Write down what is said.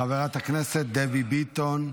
חברת הכנסת דבי ביטון,